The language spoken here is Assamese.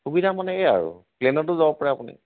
সুবিধা মানে এই আৰু প্লেনতো যাব পাৰে আপুনি